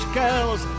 girls